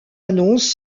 annonce